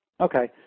Okay